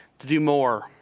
to do more,